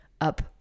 up